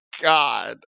God